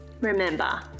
Remember